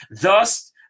Thus